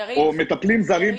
או מטפלים זרים.